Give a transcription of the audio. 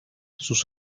sus